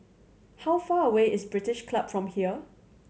how far away is British Club from here